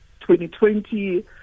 2020